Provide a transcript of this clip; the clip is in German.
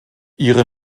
ihre